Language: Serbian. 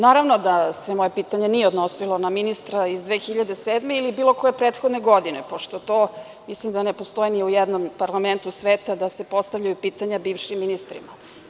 Naravno da se moje pitanje nije odnosilo na ministra iz 2007. godine ili bilo koje prethodne godine, pošto to mislim da ne postoji ni u jednom parlamentu sveta da se postavljaju pitanja bivšim ministrima.